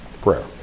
Prayer